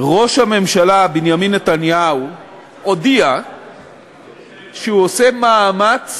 ראש הממשלה בנימין נתניהו הודיע שהוא עושה מאמץ